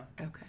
Okay